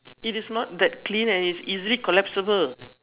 it is not that clean and it's easily collapsible